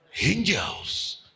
angels